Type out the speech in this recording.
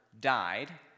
died